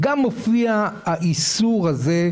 גם מופיע האיסור הזה,